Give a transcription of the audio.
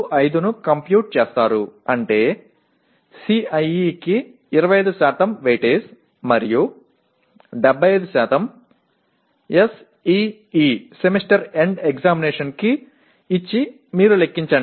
25 ను కంప్యూట్ చేస్తారు అంటే CIE కి 25 వెయిటేజ్ మరియు 75 SEE కి ఇచ్చి మీరు లెక్కించండి